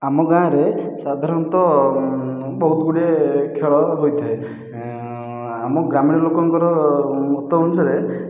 ଆମ ଗାଁରେ ସାଧାରଣତଃ ବହୁତଗୁଡ଼ିଏ ଖେଳ ହୋଇଥାଏ ଆମ ଗ୍ରାମୀଣ ଲୋକଙ୍କର ମତ ଅନୁସାରେ